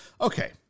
Okay